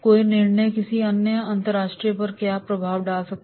कोई निर्णय किसी अन्य अंतर्दृष्टि पर क्या प्रभाव डाल सकता है